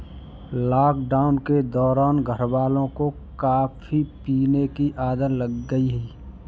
lockdown के दौरान घरवालों को कॉफी पीने की आदत लग गई